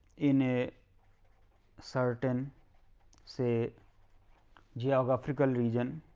in a certain say geographical region